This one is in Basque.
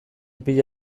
pila